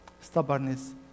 stubbornness